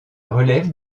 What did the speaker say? relève